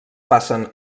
passen